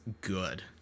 good